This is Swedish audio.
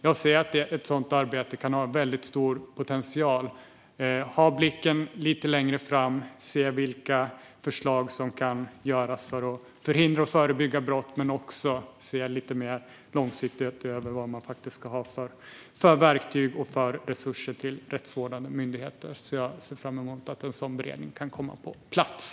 Jag ser att ett sådant arbete kan ha väldigt stor potential. Det gäller att ha blicken lite längre fram och se vilka förslag som kan genomföras för att förhindra och förebygga brott men också se lite mer långsiktigt på vad man ska ha för verktyg och resurser till rättsvårdande myndigheter. Jag ser fram emot att en sådan beredning kan komma på plats.